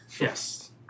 Yes